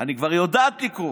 אני כבר יודעת לקרוא,